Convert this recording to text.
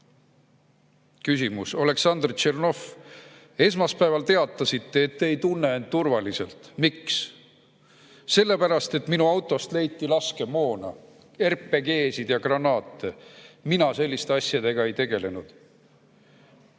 "Küsimus: "Oleksandr Tšernov, esmaspäeval teatasite, et ei tunne end turvaliselt. Miks?" "Sellepärast, et minu autost leiti laskemoona, RPG‑sid ja granaate. Mina selliste asjadega ei tegelenud.